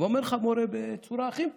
ואומר לך מורה בצורה הכי ברורה: